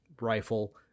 rifle